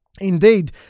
Indeed